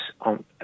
on